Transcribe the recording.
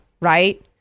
Right